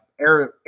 Air